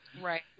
Right